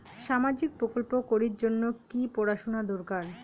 সামাজিক প্রকল্প করির জন্যে কি পড়াশুনা দরকার?